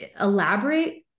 elaborate